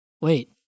wait